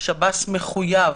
שב"ס מחויב,